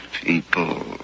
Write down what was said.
people